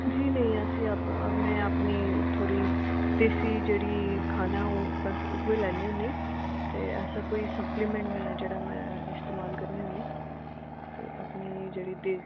जी नेईं असी अपना में अपनी थोह्ड़ी देसी जेह्ड़ी खाना ऐ बस उ'यै लैन्नी होन्नी ते ऐसा कोई सप्लीमेंट नी ऐ जेह्ड़ा मैं इस्तमाल करनी होन्नी ते अपनी जेह्ड़ी दे